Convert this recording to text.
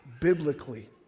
biblically